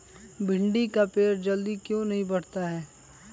भिंडी का पेड़ जल्दी क्यों नहीं बढ़ता हैं?